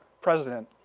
president